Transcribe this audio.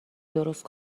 درست